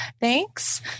Thanks